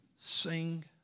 sing